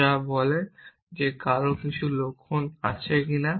যা বলে যে কারো কিছু লক্ষণ আছে কিনা